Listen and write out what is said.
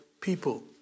people